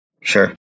Sure